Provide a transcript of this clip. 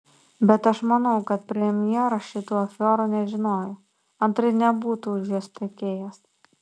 bet aš manau kad premjeras šitų afiorų nežinojo antraip nebūtų už jos tekėjęs